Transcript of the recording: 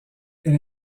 elle